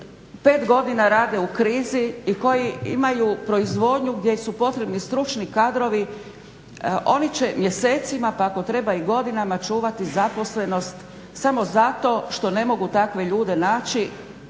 5 godina rade u krizi i koji imaju proizvodnju gdje su potrebni stručni kadrovi oni će mjesecima pa ako treba i godinama čuvati zaposlenost samo zato što ne mogu takve ljude naći